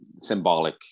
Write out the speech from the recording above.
symbolic